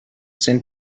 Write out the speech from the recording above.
sind